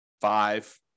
five